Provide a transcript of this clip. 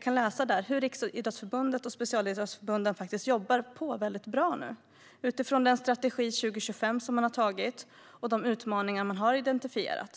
kan läsa att Riksidrottsförbundet och specialidrottsförbunden jobbar på väldigt bra utifrån den strategi 2025 som man har antagit och de utmaningar som man har identifierat.